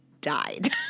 died